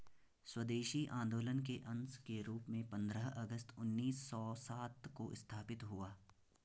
स्वदेशी आंदोलन के अंश के रूप में पंद्रह अगस्त उन्नीस सौ सात को स्थापित हुआ